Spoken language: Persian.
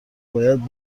باید